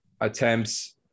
attempts